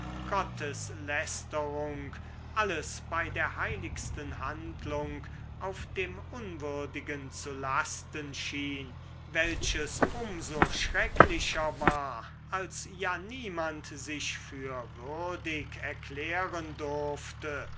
gotteslästerung alles bei der heiligsten handlung auf dem unwürdigen zu lasten schien welches um so schrecklicher war als ja niemand sich für würdig erklären durfte